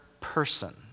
person